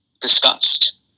discussed